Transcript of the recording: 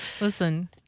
Listen